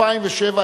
2007,